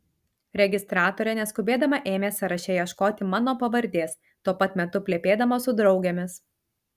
registratorė neskubėdama ėmė sąraše ieškoti mano pavardės tuo pat metu plepėdama su draugėmis